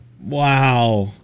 Wow